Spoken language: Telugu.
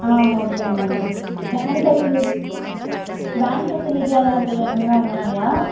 ఆ okay madam van facility van facility అలాంటివి ఏమైనా ఉన్నాయా